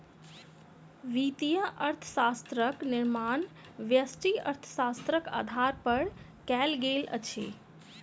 वित्तीय अर्थशास्त्रक निर्माण व्यष्टि अर्थशास्त्रक आधार पर कयल गेल अछि